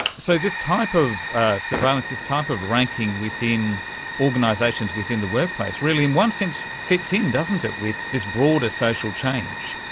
so this type of surveillance, this type of ranking within organisations within the workplace really in one sense fits in, doesn't it, with this broader social change.